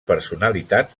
personalitat